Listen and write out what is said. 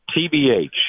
tbh